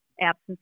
absence